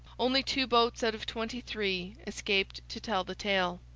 only two boats, out of twenty-three, escaped to tell the tale.